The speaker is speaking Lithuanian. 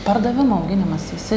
pardavimų auginimas visi